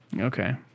okay